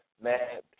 Man